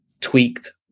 tweaked